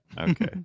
Okay